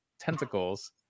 tentacles